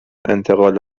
انتقال